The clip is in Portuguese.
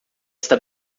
está